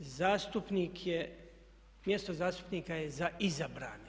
Zastupnik je, mjesto zastupnika je za izabrane